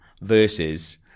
versus